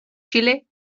chile